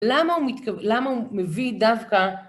למה הוא מביא דווקא...